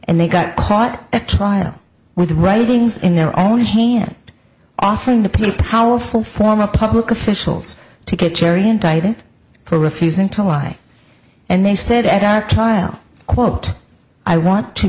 and they got caught at trial with writings in their own hand offering to people power for former public officials to get jerry indicted for refusing to lie and they said at trial quote i want to